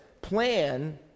plan